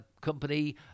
company